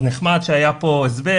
אז נחמד שהיה פה הסבר,